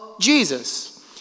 jesus